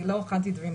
אני לא הכנתי דברים.